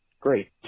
great